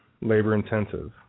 labor-intensive